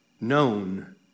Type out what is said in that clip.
known